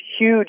huge